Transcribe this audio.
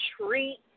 treat